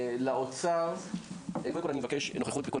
מהאוצר אני מבקש נוכחות בכל